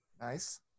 Nice